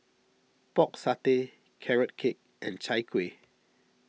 Pork Satay Carrot Cake and Chai Kuih